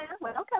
Welcome